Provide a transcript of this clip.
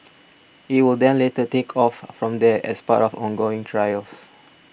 it will then later take off from there as part of ongoing trials